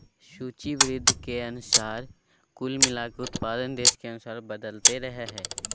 सूचीबद्ध के अनुसार कुल मिलाकर उत्पादन देश के अनुसार बदलते रहइ हइ